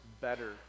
better